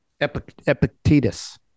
Epictetus